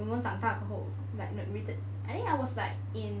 我们长大过后 like I think I was like in